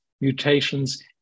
mutations